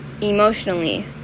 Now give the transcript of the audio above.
emotionally